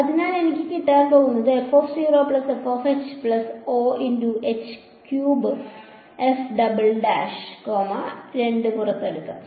അതിനാൽ എനിക്ക് കിട്ടാൻ പോകുന്ന 2 പുറത്തെടുക്കാം